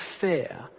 fear